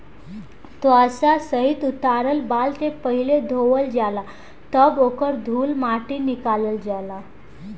त्वचा सहित उतारल बाल के पहिले धोवल जाला तब ओकर धूल माटी निकालल जाला